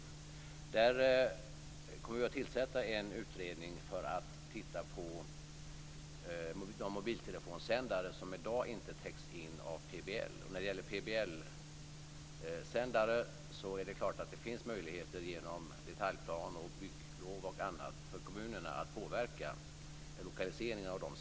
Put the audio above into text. Vi kommer att tillsätta en utredning för att titta på de mobiltelefonsändare som i dag inte täcks av PBL. Vad gäller PBL-sändare finns det möjligheter för kommunerna att påverka sändarnas lokalisering genom bl.a. detaljplaner och bygglov.